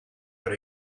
but